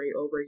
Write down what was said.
over